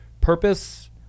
purpose